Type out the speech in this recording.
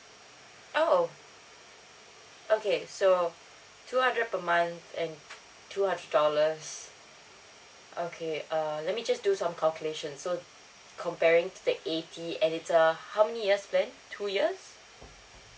oh okay so two hundred per month and two hundred dollars okay err let me just do some calculations so comparing to the eighty and it's a how many years plan two years